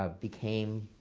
um became